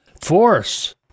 force